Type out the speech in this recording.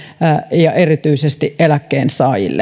ja erityisesti eläkkeensaajiin